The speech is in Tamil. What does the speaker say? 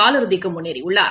காலிறுதிக்குமுன்னேறிஉள்ளார்